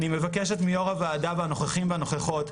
אני מבקשת מיו"ר הוועדה והנוכחים והנוכחות: